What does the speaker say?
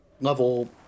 level